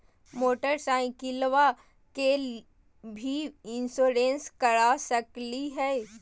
मोटरसाइकिलबा के भी इंसोरेंसबा करा सकलीय है?